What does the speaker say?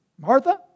Martha